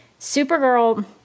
Supergirl